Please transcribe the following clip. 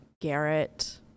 Garrett